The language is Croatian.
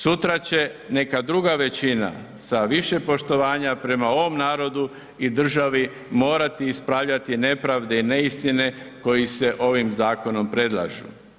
Sutra će neka druga većina sa više poštovanja prema ovom narodu i državi morati ispravljati nepravde i neistine koji se ovim zakonom predlažu.